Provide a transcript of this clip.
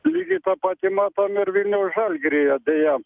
lygiai tą patį matom ir vilniaus žalgirio deja